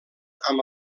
amb